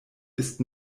ist